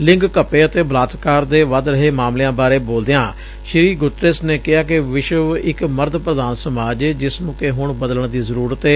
ਲਿੰਗ ਘੱਟ ਅਤੇ ਬਲਾਤਕਾਰ ਦੇ ਵੱਧ ਰਹੇ ਮਾਮਲਿਆਂ ਬਾਰੇ ਬੋਲਦਿਆਂ ਸ੍ਰੀ ਗੁਰਰੇਸ ਨੇ ਕਿਹਾ ਕਿ ਵਿਸ਼ਵ ਇਕ ਮਰਦ ਪ੍ਧਾਨ ਸਮਾਜ ਏ ਜਿਸ ਨੂੰ ਕਿ ਹੁਣ ਬਦਲਣ ਦੀ ਜ਼ਰੂਰਤ ਏ